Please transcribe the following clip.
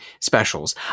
specials